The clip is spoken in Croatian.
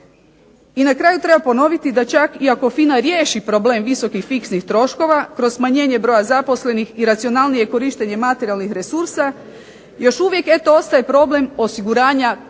I na kraju treba ponoviti da FINA ako čak riješi problem visokih fiksnih troškova kroz smanjenje broja zaposlenih i racionalnije korištenje materijalnih resursa, još uvijek eto ostaje problem osiguranja pravih